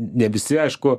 ne visi aišku